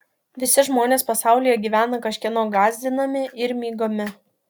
visi žmonės pasaulyje gyvena kažkieno gąsdinami ir mygami